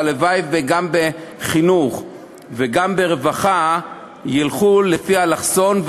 והלוואי שגם בחינוך וגם ברווחה ילכו לפי אלכסון,